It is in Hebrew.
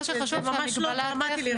זה ממש לא דרמטי לי,